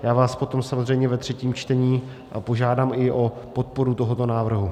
Já vás potom samozřejmě ve třetím čtení požádám i o podporu tohoto návrhu.